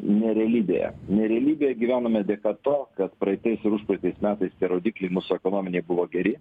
nerealybėje nerealybėje gyvename dėka to kad praeitais ir užpraeitais metais tie rodikliai mūsų ekonominiai buvo geri